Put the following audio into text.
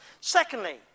Secondly